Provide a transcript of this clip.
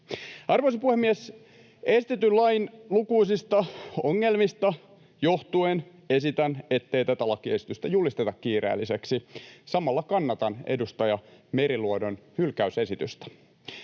Arvoisa puhemies! Esitetyn lain lukuisista ongelmista johtuen esitän, ettei tätä lakiesitystä julisteta kiireelliseksi. Samalla kannatan edustaja Meriluodon hylkäysesitystä.